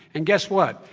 and guess what?